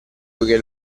poichè